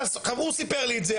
גם הוא סיפר לי את זה,